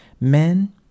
Men